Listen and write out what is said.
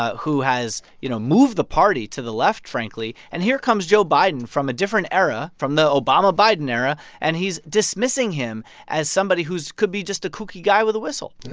who has, you know, moved the party to the left, frankly. and here comes joe biden from a different era, from the obama-biden era. and he's dismissing him as somebody who's could be just a kooky guy with a whistle.